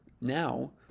now